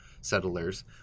settlers